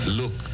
look